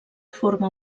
forma